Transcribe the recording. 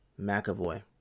McAvoy